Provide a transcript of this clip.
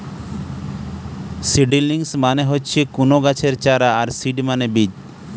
seedlings মানে হচ্ছে কুনো গাছের চারা আর সিড মানে বীজ